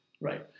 Right